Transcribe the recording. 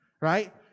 right